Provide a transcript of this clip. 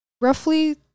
roughly